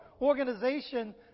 organization